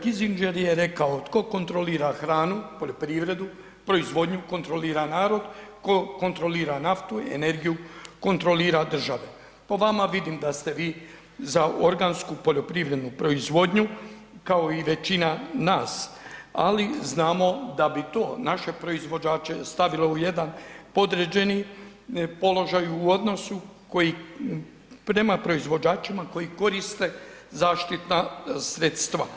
Kissinger je rekao tko kontrolira hranu, poljoprivredu, proizvodnju, kontrolira narod, tko kontrolira naftu, energiju, kontrolira države, po vama vidim da ste vi za organsku poljoprivrednu proizvodnju, kao i većina nas, ali znamo da bi to naše proizvođače stavilo u jedan podređeni položaj u odnosu koji, prema proizvođačima koji koriste zaštitna sredstva.